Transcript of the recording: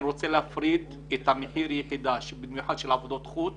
ההצעה רוצה להפריד את מחיר היחידה של עבודות חוץ